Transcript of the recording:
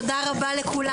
תודה רבה לכולם.